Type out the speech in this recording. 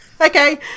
Okay